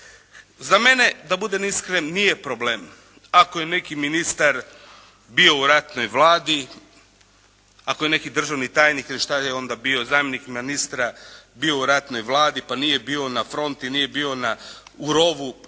Za mene da budem iskren nije problem ako je neki ministar bio u ratnoj Vladi, ako je neki državni tajnik ili šta li je onda bio zamjenik ministra bio u ratnoj Vladi, pa nije bio na fronti, nije bio u rovu,